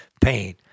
pain